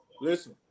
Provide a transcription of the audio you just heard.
Listen